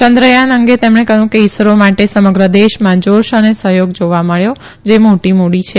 ચંદ્રયાન અંગે તેમણે કહથું કે ઈસરો માટે સમગ્ર દેશમાં જાશ અને સહયોગ જાવા મળ્યો જે મોટી મુડી છે